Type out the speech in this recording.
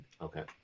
Okay